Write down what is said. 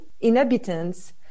inhabitants